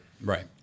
Right